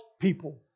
people